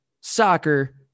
soccer